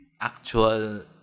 actual